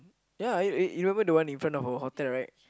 ya you remember the one in front of our hotel right